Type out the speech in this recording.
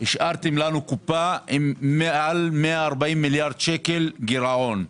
השארתם לנו קופה עם מעל 140 מיליארד שקל גירעון.